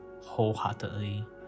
Wholeheartedly